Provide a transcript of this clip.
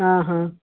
आ हा